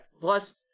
Plus